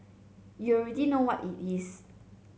you already know what it is